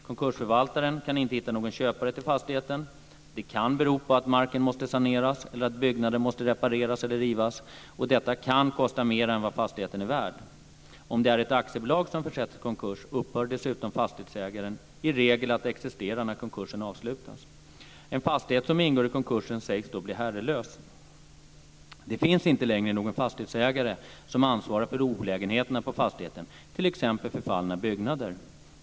Konkursförvaltaren kan inte hitta någon köpare till fastigheten. Det kan bero på att marken måste saneras eller att byggnader måste repareras eller rivas. Och detta kan kosta mer än vad fastigheten är värd. Om det är ett aktiebolag som försatts i konkurs, upphör dessutom fastighetsägaren i regel att existera när konkursen avslutas. En fastighet som ingår i konkursen sägs då bli herrelös. Det finns inte längre någon fastighetsägare som ansvarar för olägenheterna på fastigheten, t.ex. förfallna byggnader.